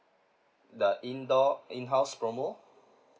the indoor in-house promo